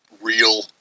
real